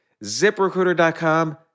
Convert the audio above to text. ZipRecruiter.com